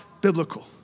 biblical